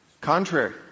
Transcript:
Contrary